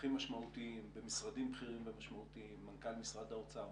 הכי משמעותיים במשרדים בכירים ומשמעותיים מנכ"ל משרד האוצר,